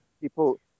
People